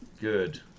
good